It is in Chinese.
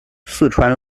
四川